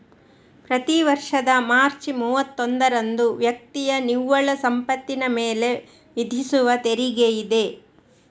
ಪ್ರತಿ ವರ್ಷದ ಮಾರ್ಚ್ ಮೂವತ್ತೊಂದರಂದು ವ್ಯಕ್ತಿಯ ನಿವ್ವಳ ಸಂಪತ್ತಿನ ಮೇಲೆ ವಿಧಿಸುವ ತೆರಿಗೆಯಿದೆ